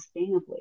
sustainably